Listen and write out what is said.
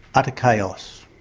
utter chaos.